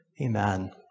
Amen